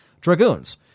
Dragoons